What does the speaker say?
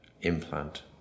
implant